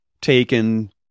taken